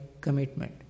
commitment